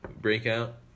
breakout